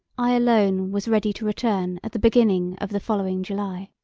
i alone was ready to return at the beginning of the following july.